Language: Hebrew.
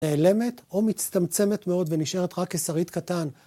נעלמת או מצטמצמת מאוד ונשארת רק כשריד קטן.